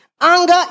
Anger